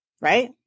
Right